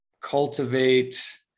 cultivate